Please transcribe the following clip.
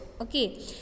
Okay